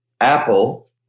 Apple